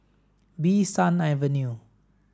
Bee San Avenue